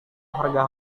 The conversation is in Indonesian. harga